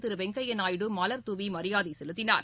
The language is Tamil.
திருவெங்கையாநாயுடு மலர் தூவிமரியாதைசெலுத்தினார்